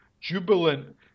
jubilant